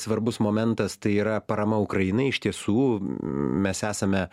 svarbus momentas tai yra parama ukrainai iš tiesų mes esame